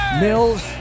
Mills